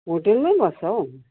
होटेलमै बस्छ हौ